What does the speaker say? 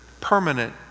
permanent